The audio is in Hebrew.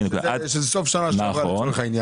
שזה סוף שנה שעברה לצורך העניין.